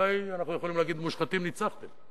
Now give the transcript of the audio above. אולי אנחנו יכולים להגיד: מושחתים, ניצחתם?